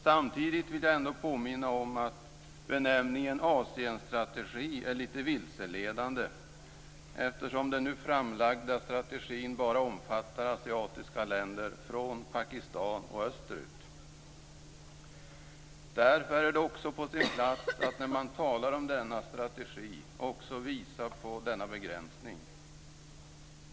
Samtidigt vill jag ändå påminna om att benämningen "Asienstrategi" är lite vilseledande, eftersom den nu framlagda strategin bara omfattar asiatiska länder från Pakistan och österut. Därför är det på sin plats att man, när man talar om denna strategi, också visar på denna begränsning.